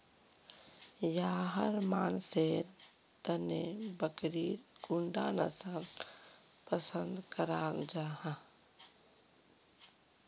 याहर मानसेर तने बकरीर कुंडा नसल पसंद कराल जाहा?